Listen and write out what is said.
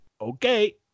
okay